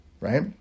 right